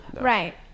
right